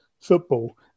football